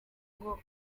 ngo